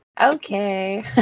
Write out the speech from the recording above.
Okay